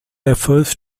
refers